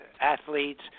athletes